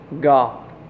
God